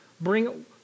bring